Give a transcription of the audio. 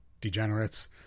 degenerates